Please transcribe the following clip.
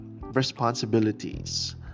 responsibilities